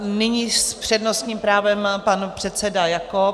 Nyní s přednostním právem pan předseda Jakob.